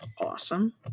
Awesome